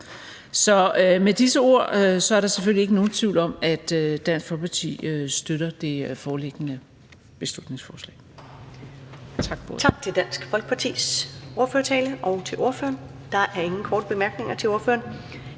Så med disse ord her er der selvfølgelig ikke nogen tvivl om, at Dansk Folkeparti støtter det foreliggende beslutningsforslag.